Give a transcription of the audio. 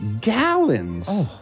gallons